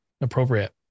appropriate